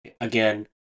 again